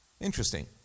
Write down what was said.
Interesting